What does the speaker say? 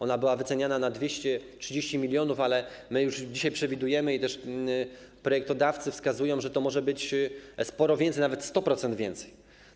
Ona była wyceniana na 230 mln zł, ale my już dzisiaj przewidujemy i projektodawcy też na to wskazują, że to może być sporo więcej, nawet o 100% więcej.